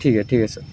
ठीक आहे ठीक आहे सर